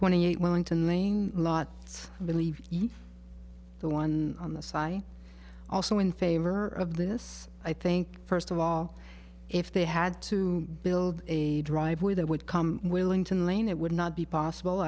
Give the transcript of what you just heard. twenty eight wellington lane lots believed in the one on the site also in favor of this i think first of all if they had to build a driveway they would come willing to lane it would not be possible